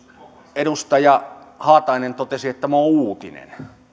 edustaja haatainen totesi että tämä on uutinen